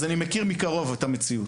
אז אני מכיר מקרוב את המציאות.